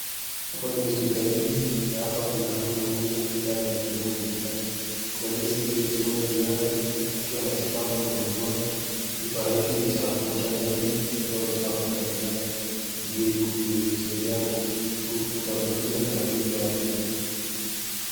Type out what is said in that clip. Hapa ni hosipitalini, na hapa kuna huyu mgonjwa ambaye amelazwa kwenye kitanda. Kuna nesi ambaye amesimama juu yake, akiwa na kifaa mkononi mwake, kifaa hiki ni cha kuosha meno, kutoa uchafu mbali mbali ili kusaidia kutoambukizwa na ugonjwa wa meno.